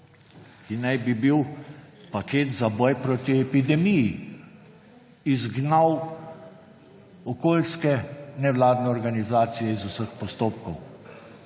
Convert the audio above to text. ki naj bi bil paket za boj proti epidemiji, izgnal okoljske nevladne organizacije iz vseh postopkov.